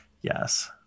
Yes